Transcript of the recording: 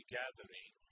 gathering